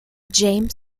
james